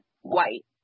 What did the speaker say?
white